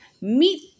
Meet